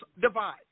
divide